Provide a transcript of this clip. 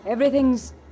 Everything's